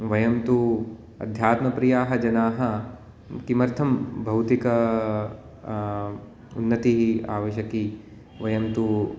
वयं तु आध्यात्मप्रियाः जनाः किमर्थं भौतिकः उन्नतिः आवश्यकी वयं तु